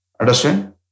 Understand